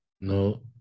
No